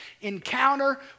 encounter